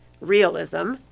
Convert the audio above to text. Realism